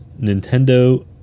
Nintendo